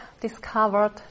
discovered